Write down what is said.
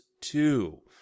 two